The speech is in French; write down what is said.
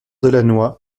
delannoy